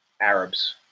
Arabs